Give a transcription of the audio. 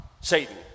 Satan